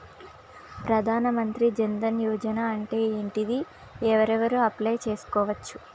ప్రధాన మంత్రి జన్ ధన్ యోజన అంటే ఏంటిది? ఎవరెవరు అప్లయ్ చేస్కోవచ్చు?